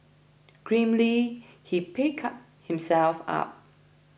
grimly he picked himself up